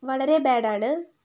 വളരെ ബേഡ് ആണ്